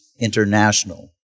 International